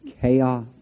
chaos